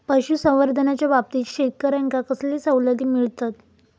पशुसंवर्धनाच्याबाबतीत शेतकऱ्यांका कसले सवलती मिळतत?